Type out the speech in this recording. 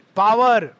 power